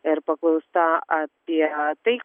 ir paklausta apie tai